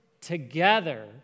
together